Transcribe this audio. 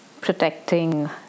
protecting